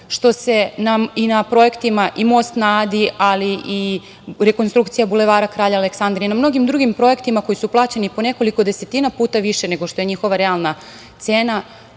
što se i na projektima Most na Adi, ali i rekonstrukcija Bulevara kralja Aleksandra, ali i na mnogim drugim projektima koji su plaćeni po nekoliko puta desetina više nego što je njihova realna cena